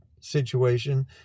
situation